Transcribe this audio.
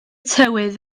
tywydd